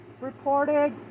Reported